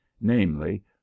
namely